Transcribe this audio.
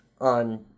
on